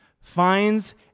finds